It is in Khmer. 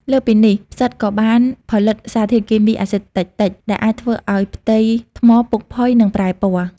លើសពីនេះ ផ្សិតក៏បានផលិតសារធាតុគីមីអាស៊ីតតិចៗ ដែលអាចធ្វើឱ្យផ្ទៃថ្មពុកផុយ និងប្រែពណ៌។